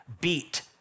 beat